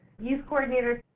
youth coordinators,